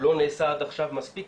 לא נעשה עד עכשיו מספיק,